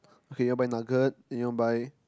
okay you want buy nugget and you want buy